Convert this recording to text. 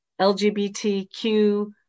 lgbtq